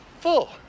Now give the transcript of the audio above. full